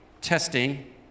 testing